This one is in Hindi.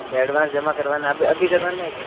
अच्छा अड्वान्स जमा करवाना अभी अभी करवाना है क्या